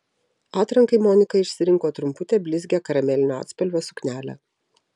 atrankai monika išsirinko trumputę blizgią karamelinio atspalvio suknelę